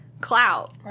clout